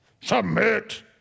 Submit